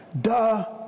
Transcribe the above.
Duh